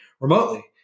remotely